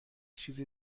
چیز